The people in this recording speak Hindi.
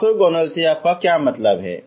ऑर्थोगोनल से आपका क्या मतलब है